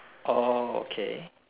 oh okay